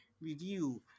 review